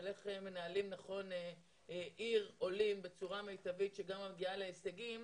איך מנהלים נכון עיר עולים בצורה מיטבית שמגיעה להישגים.